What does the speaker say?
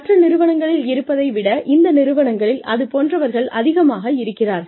மற்ற நிறுவனங்களில் இருப்பதை விட இந்த நிறுவனத்தில் அதுபோன்றவர்கள் அதிகமாக இருக்கிறார்கள்